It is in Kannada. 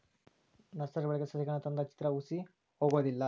ನರ್ಸರಿವಳಗಿ ಸಸಿಗಳನ್ನಾ ತಂದ ಹಚ್ಚಿದ್ರ ಹುಸಿ ಹೊಗುದಿಲ್ಲಾ